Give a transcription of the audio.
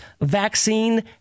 vaccine